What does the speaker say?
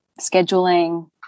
scheduling